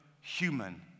human